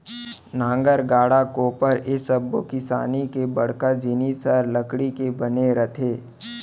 नांगर, गाड़ा, कोपर ए सब्बो किसानी के बड़का जिनिस हर लकड़ी के बने रथे